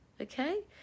okay